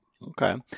Okay